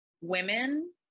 women